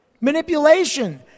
Manipulation